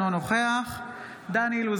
אינו נוכח דן אילוז,